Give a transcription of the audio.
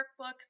workbooks